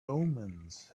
omens